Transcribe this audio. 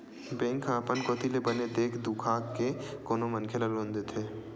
bank ह अपन कोती ले बने के देख दुखा के कोनो मनखे ल लोन देथे